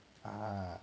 ah